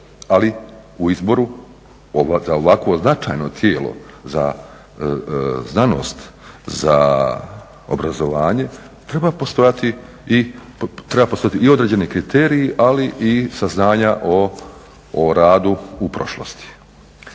ali u izboru za ovakvo značajno tijelo za znanost, za obrazovanje treba postojati i određeni kriteriji, ali i saznanja o radu u prošlosti.